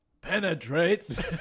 penetrates